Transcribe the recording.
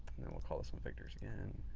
then we'll call this one victor's again.